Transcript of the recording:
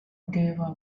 dewa